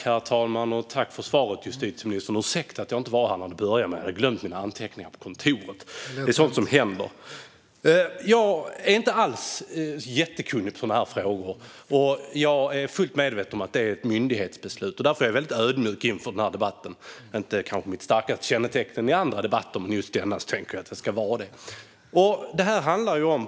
Herr talman! Jag tackar justitieministern för svaret. Jag ber om ursäkt för att jag inte var i kammaren när debatten började, men jag hade glömt mina anteckningar på kontoret. Det är sådant som händer. Jag är inte alls jättekunnig på dessa frågor. Och jag är fullt medveten om att detta är ett myndighetsbeslut. Därför är jag väldigt ödmjuk inför denna debatt, vilket kanske inte är mitt starkaste kännetecken i andra debatter. Men i just denna debatt tänkte jag att jag ska vara det.